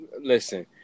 Listen